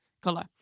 colour